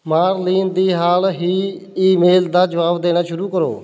Marlene ਦੀ ਹਾਲ ਹੀ ਈਮੇਲ ਦਾ ਜਵਾਬ ਦੇਣਾ ਸ਼ੁਰੂ ਕਰੋ